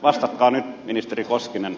vastatkaa nyt ministeri koskinen